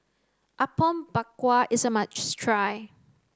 Apom Berkuah is a must try